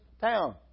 town